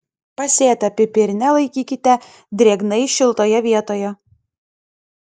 pasėtą pipirnę laikykite drėgnai šiltoje vietoje